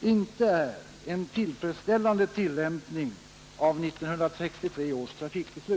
inte är en tillfredsställande tillämpning av 1963 års trafikpolitiska beslut?